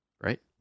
Right